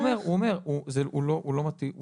הוא אומר, הוא לא מטיל את זה.